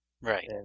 Right